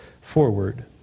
forward